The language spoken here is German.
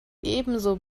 ebenso